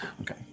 Okay